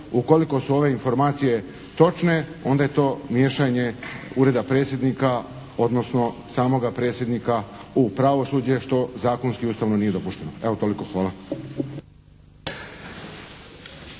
Ukoliko su ove informacije točne, onda je to miješanje Ureda Predsjednika odnosno samoga Predsjednika u pravosuđe što zakonski i Ustavno nije dopušteno. Evo toliko. Hvala.